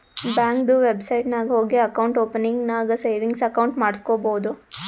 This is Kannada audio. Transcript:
ಬ್ಯಾಂಕ್ದು ವೆಬ್ಸೈಟ್ ನಾಗ್ ಹೋಗಿ ಅಕೌಂಟ್ ಓಪನಿಂಗ್ ನಾಗ್ ಸೇವಿಂಗ್ಸ್ ಅಕೌಂಟ್ ಮಾಡುಸ್ಕೊಬೋದು